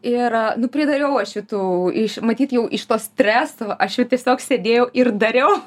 ir nu pridariau aš šitų iš matyt jau iš to streso aš jau tiesiog sėdėjau ir dariau